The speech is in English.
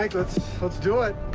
mike. let's let's do it.